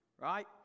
right